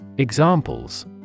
Examples